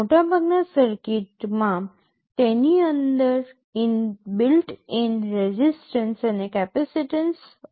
મોટાભાગના સર્કિટ્સમાં તેની અંદર બિલ્ટ ઇન રેઝિસ્ટન્સ અને કેપેસીટન્સ અસર હોય છે